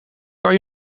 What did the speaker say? kan